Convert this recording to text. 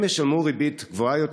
הם ישלמו ריבית גבוהה יותר,